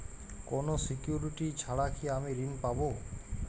কোনো সিকুরিটি ছাড়া কি আমি ঋণ পাবো?